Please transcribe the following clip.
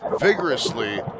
vigorously